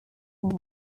that